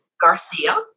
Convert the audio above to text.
Garcia